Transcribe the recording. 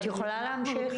את יכולה להמשיך.